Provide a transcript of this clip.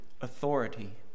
authority